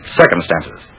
circumstances